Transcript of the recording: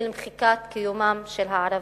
של מחיקת קיומם של הערבים.